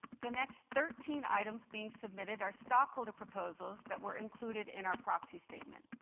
the next thirteen items being submitted are stockholder proposals that were included in our proxy statement.